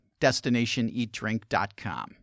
DestinationEatDrink.com